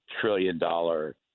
trillion-dollar